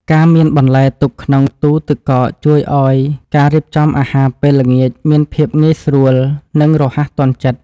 ការមានបន្លែទុកក្នុងទូទឹកកកជួយឱ្យការរៀបចំអាហារពេលល្ងាចមានភាពងាយស្រួល និងរហ័សទាន់ចិត្ត។